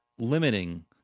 limiting